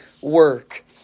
work